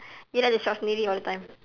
you like to shiok sendiri all the time